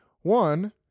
one